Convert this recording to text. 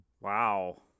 Wow